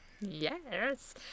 Yes